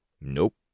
Nope